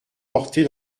porter